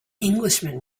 englishman